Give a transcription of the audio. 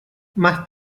más